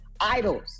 idols